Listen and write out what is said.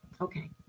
Okay